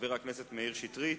חבר הכנסת מאיר שטרית,